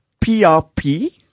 PRP